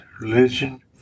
Religion